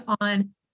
on